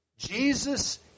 Jesus